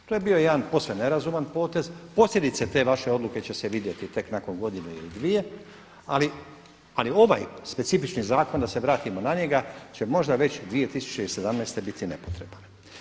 To je bio jedan posve nerazuman potez, posljedice te vaše odluke će se vidjeti tek nakon godinu ili dvije ali ovaj specifični zakon da se vratimo na njega će možda već 2017. biti nepotreban.